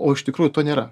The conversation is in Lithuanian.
o iš tikrųjų to nėra